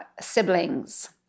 siblings